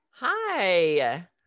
Hi